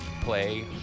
play